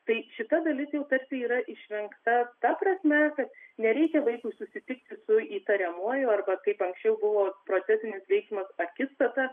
tai šita dalis jau tas yra išvengta ta prasme kad nereikia vaikui susitikti su įtariamuoju arba kaip anksčiau buvo procesinis veiksmas akistata